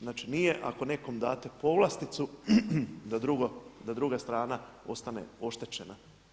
Znači nije ako nekom date povlasticu da druga strana ostane oštećena.